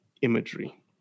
imagery